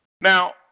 now